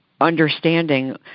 understanding